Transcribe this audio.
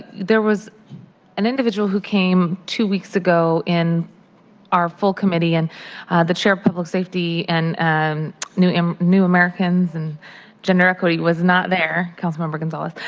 there was an individual who came two weeks ago in our full committee and the chair of public safety and new um new americans and generically was not there, council member gonzalez.